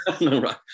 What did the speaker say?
right